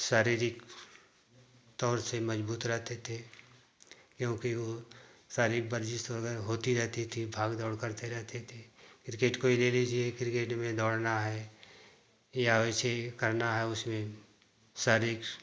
शारीरिक तौर से मज़बूत रहते थे क्योंकि वह सारी बर्जीश वगैरह होती रहती थी भाग दौड़ करते रहते थे किर्केट को ही ले लीजिए किर्केट में दौड़ना है या वैसे करना है उसमें सरीक्ष